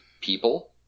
people